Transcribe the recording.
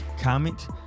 comment